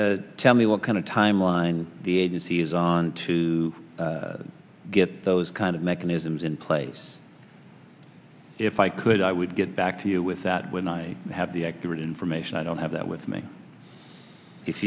tell me what kind of timeline the agency is on to get those kind of mechanisms in place if i could i would get back to you with that when i have the accurate information i don't have that with me if